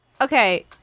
Okay